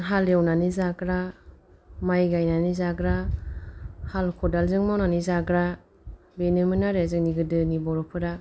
हालेवनानै जाग्रा माय गायनानै जाग्रा हाल ख'दालजों मावनानै जाग्रा बेनोमोन आरो जोंनि गोदोनि बर'फोरा